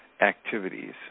activities